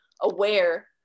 aware